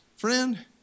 Friend